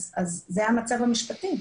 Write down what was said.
זה המצב המשפטי.